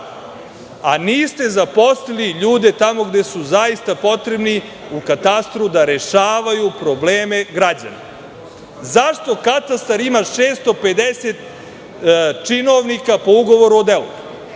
a niste zaposlili ljude tamo gde su zaista potrebni, u katastru, da rešavaju probleme građana. Zašto katastar ima 650 činovnika po ugovoru o delu?